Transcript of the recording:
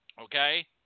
okay